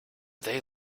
they